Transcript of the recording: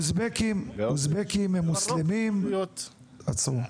עצרו.